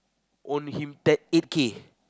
own him ten eight k